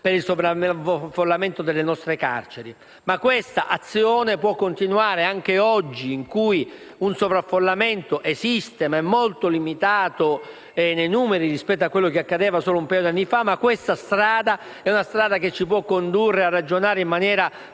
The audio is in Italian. per il sovraffollamento delle nostre carceri. Ma questa azione può continuare anche oggi che un sovraffollamento esiste ma è molto limitato nei numeri rispetto a quanto accadeva solo un paio di anni fa. Questa strada ci può condurre a ragionare in maniera